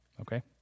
Okay